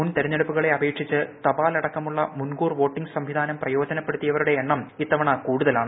മുൻ തെരഞ്ഞെടുപ്പുകളെ അപേക്ഷിച്ച് തപാൽ അട്ടക്കമുള്ള മുൻകൂർ വോട്ടിങ് സംവിധാനം പ്രയോജനപ്പെടുത്തിയവ്രുടെ എണ്ണം ഇത്തവണ കൂടുതലാണ്